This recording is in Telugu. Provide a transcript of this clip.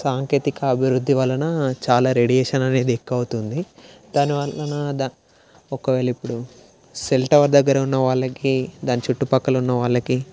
సాంకేతిక అభివృద్ధి వలన చాలా రేడియేషన్ అనేది ఎక్కువవుతుంది దాని వలన దా ఒకవేళ ఇప్పుడు సెల్ టవర్ దగ్గర ఉన్న వాళ్ళకి దాని చుట్టుపక్కల ఉన్న వాళ్ళకి